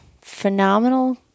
phenomenal